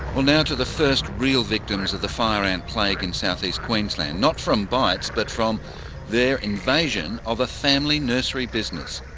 now to the first real victims of the fire ant plague in southeast queensland. not from bites but from their invasion of a family nursery business.